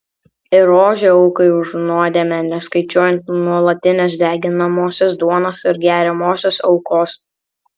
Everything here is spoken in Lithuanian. ir ožį aukai už nuodėmę neskaičiuojant nuolatinės deginamosios duonos ir geriamosios aukos